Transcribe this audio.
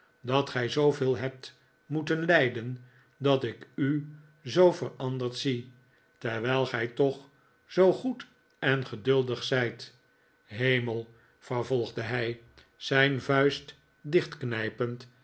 dat gij zooveel hebt moeten lijden dat ik u zoo veranderd zie terwijl gij toch zoo goed en geduldig zijt hemel vervolgde hij zijn vuist